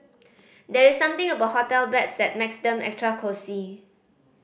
there's something about hotel beds that makes them extra cosy